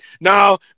Now